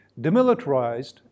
demilitarized